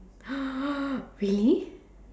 really